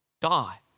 die